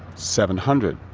seven hundred.